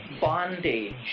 bondage